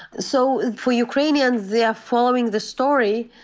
so for ukrainians, they are following the story,